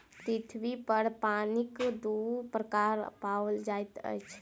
पृथ्वी पर पानिक दू प्रकार पाओल जाइत अछि